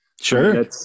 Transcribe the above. Sure